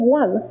one